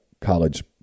college